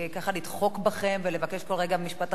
ככה לדחוק בכם ולבקש כל רגע: משפט אחרון,